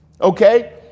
Okay